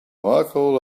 michael